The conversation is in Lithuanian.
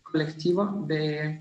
kolektyvo bei